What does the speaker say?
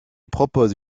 propose